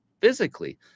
physically